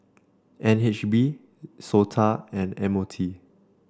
N H B SOTA and M O T